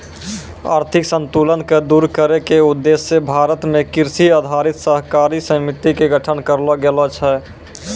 आर्थिक असंतुल क दूर करै के उद्देश्य स भारत मॅ कृषि आधारित सहकारी समिति के गठन करलो गेलो छै